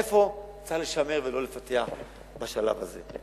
איפה צריך לשמר ולא לפתח בשלב הזה.